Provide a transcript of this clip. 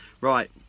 Right